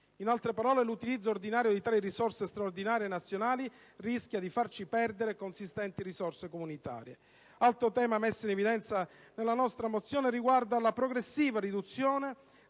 In altre parole, l'utilizzo ordinario di tali risorse straordinarie nazionali rischia di farci perdere consistenti risorse comunitarie. Altro tema messo in evidenza dalla nostra mozione riguarda la progressiva riduzione